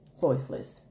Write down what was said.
voiceless